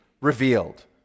revealed